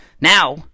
Now